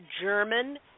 German